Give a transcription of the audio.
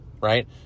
right